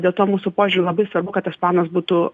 dėl to mūsų požiūriu labai svarbu kad tas planas būtų